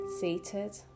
seated